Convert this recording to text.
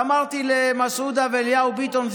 אמרתי למסעודה ואליהו ביטון,